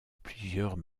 plusieurs